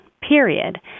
period